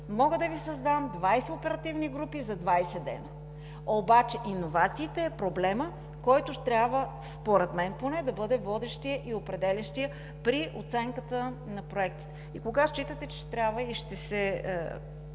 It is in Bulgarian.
мога да Ви създам 20 оперативни групи за 20 дни, обаче иновациите са проблемът, който трябва, според мен да бъде водещият и определящият при оценката на проекта. Кога считате, че трябва и ще се